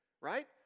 right